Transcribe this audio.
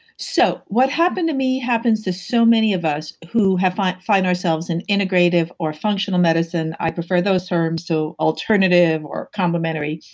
so what happened to me happens to so many of us who have um found ourselves in integrative or functional medicine. i prefer those terms, so alternative or complimentary.